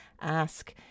Ask